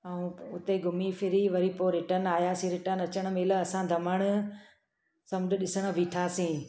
ऐं हुते घुमी फिरी वरी पोइ रिटन आहियासी रिटर्न अचणु महिल असां दमण समुंड ॾिसण बिठासीं